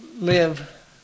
live